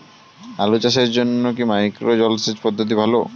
আলু চাষের জন্য কি মাইক্রো জলসেচ পদ্ধতি ভালো?